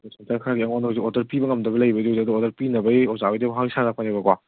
chicken centre ꯈꯔꯒꯤ ꯑꯩꯉꯣꯟꯗ ꯍꯧꯖꯤꯛ ꯑꯣꯗꯔ ꯄꯤꯕ ꯉꯝꯗꯕ ꯂꯩꯕꯒꯤ ꯑꯗꯨ ꯑꯣꯗꯔ ꯄꯤꯅꯕꯒꯤ ꯑꯣꯖꯥꯒꯤꯗꯒꯤ ꯄꯥꯎ ꯐꯥꯎꯔꯛꯄꯅꯦꯕꯀꯣ